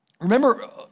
Remember